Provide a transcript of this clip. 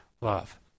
love